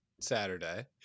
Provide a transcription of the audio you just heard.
Saturday